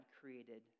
created